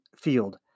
field